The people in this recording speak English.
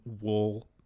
wool